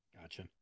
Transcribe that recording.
Gotcha